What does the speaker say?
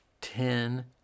ten